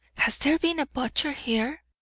has there been a butcher here?